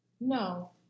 no